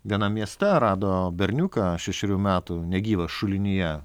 vienam mieste rado berniuką šešerių metų negyvą šulinyje